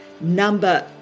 number